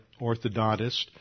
orthodontist